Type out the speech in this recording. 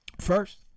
First